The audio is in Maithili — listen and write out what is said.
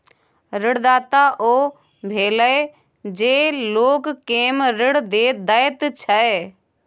ऋणदाता ओ भेलय जे लोक केँ ऋण दैत छै